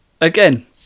Again